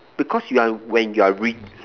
because you're when you're read